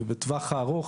ובטווח הארוך